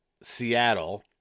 Seattle